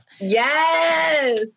yes